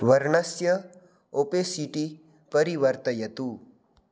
वर्णस्य ओपेसिटि परिवर्तयतु